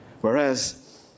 Whereas